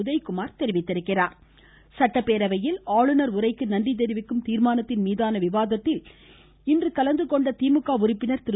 உதயகுமார் சட்டப்பேரவையில் இன்று ஆளுநர் உரைக்கு நன்றி தெரிவ்க்கும் தீர்மானத்தின் மீதான விவாதத்தில் கலந்துகொண்ட திமுக உறுப்பினர் திரு